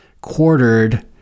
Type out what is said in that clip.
quartered